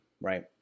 right